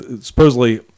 supposedly